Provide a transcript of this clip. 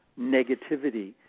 negativity